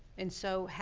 and so,